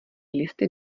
listy